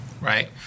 right